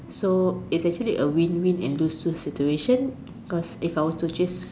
so is actually a win win band lose lose situation so if I were to